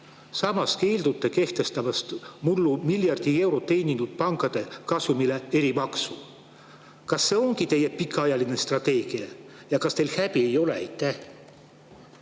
Samas keeldute kehtestamast mullu miljard eurot teeninud pankade kasumile erimaksu. Kas see ongi teie pikaajaline strateegia? Ja kas teil häbi ei ole?